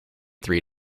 three